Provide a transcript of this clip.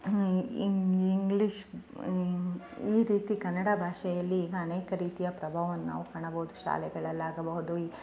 ಈ ಇಂಗ್ಲೀಷ್ ಈ ರೀತಿ ಕನ್ನಡ ಭಾಷೆಯಲ್ಲಿ ಅನೇಕ ರೀತಿಯ ಪ್ರಭಾವವನ್ನ ನಾವು ಕಾಣಬಹುದು ಶಾಲೆಗಳಲ್ಲಿ ಆಗಬಹುದು ಈ